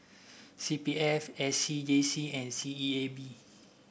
C P F A C J C and S E A B